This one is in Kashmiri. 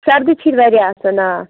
سردی چھِ ییٚتہِ واریاہ آسان آ